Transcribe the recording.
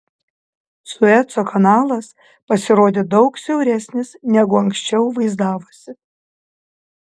sueco kanalas pasirodė daug siauresnis negu anksčiau vaizdavosi